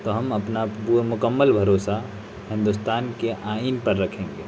تو ہم اپنا پورا مکمل بھروسہ ہندوستان کے آئین پر رکھیں گے